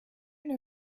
know